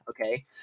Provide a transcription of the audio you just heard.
Okay